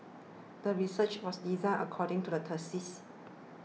the research was designed according to the